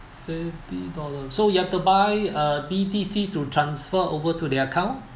fifty dollar so you have to buy uh B_T_C to transfer over to their account